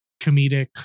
comedic